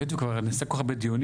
היות וכבר נעשו כל כך הרבה דיונים,